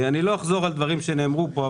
אני לא אחזור על דברים שנאמרו פה,